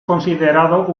considerado